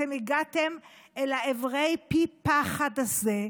אתם הגעתם אל עברי פי פחת האלה,